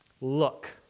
Look